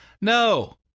no